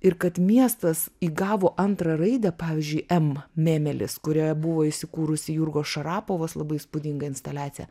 ir kad miestas įgavo antrą raidę pavyzdžiui em memelis kurioje buvo įsikūrusi jurgos šarapovos labai įspūdinga instaliacija